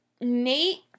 Nate